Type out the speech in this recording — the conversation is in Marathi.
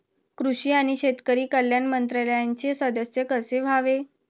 कृषी आणि शेतकरी कल्याण मंत्रालयाचे सदस्य कसे व्हावे?